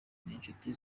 n’inshuti